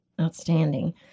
Outstanding